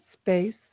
space